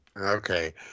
Okay